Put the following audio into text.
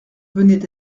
venaient